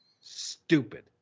Stupid